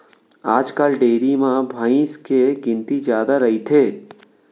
आजकाल डेयरी म भईंस के गिनती जादा रइथे